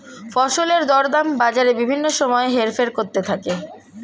ফসলের দরদাম বাজারে বিভিন্ন সময় হেরফের করতে থাকে